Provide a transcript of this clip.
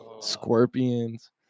scorpions